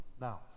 Now